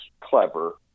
clever